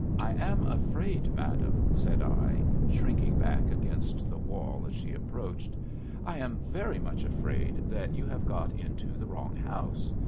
i am afraid, madam, said i, shrinking back against the wall as she approached i am very much afraid that you have got into the wrong house.